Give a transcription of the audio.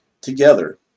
together